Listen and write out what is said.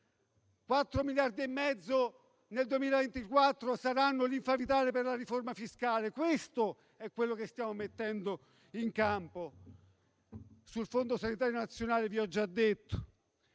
miliardi e mezzo nel 2024 saranno linfa vitale per la riforma fiscale. Questo è quello che stiamo mettendo in campo. Sul Fondo sanitario nazionale vi ho già detto.